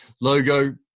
logo